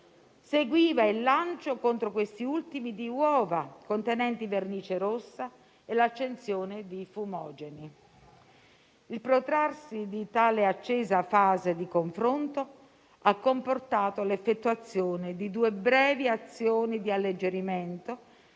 seguivano il lancio contro questi ultimi di uova contenenti vernice rossa e l'accensione di fumogeni. Il protrarsi di tale accesa fase di confronto ha comportato l'effettuazione di due brevi azioni di alleggerimento,